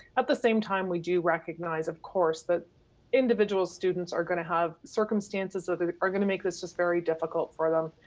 at the same time, we do recognize, of course, that individual students are gonna have circumstances that are gonna make this just very difficult for them.